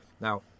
Now